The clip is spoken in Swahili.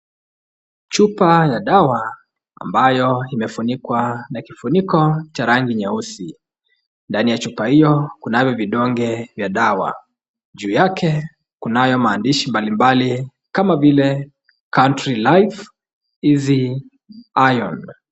Chupa ya dawa ambayo imefunikwa na kifuniko cha rangi nyeusi , ndani ya chupa hio kunavyo vidonge vya dawa, juu yake kunayo maandishi mbali mbali kama vile country life EASY IRON .